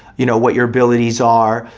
you know, what your abilities are,